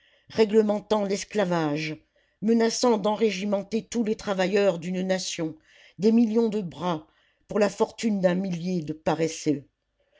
réglementant l'esclavage menaçant d'enrégimenter tous les travailleurs d'une nation des millions de bras pour la fortune d'un millier de paresseux